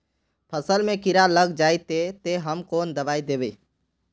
फसल में कीड़ा लग जाए ते, ते हम कौन दबाई दबे?